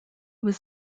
was